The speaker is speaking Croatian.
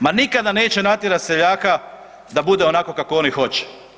Ma nikada neće natjerati seljaka da bude onako kako oni hoće.